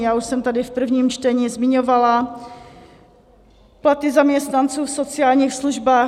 Já už jsem tady v prvním čtení zmiňovala platy zaměstnanců v sociálních službách.